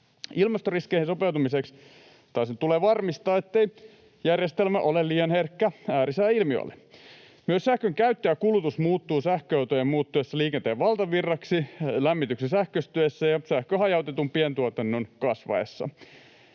Ilmastoriskeihin sopeutumiseksi taasen tulee varmistaa, ettei järjestelmä ole liian herkkä äärisääilmiöille. Myös sähkön käyttö ja kulutus muuttuu sähköautojen muuttuessa liikenteen valtavirraksi, lämmityksen sähköistyessä ja sähkön hajautetun pientuotannon kasvaessa.